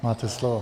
Máte slovo.